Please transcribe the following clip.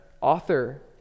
author